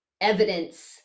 evidence